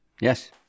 yes